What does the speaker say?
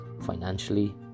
financially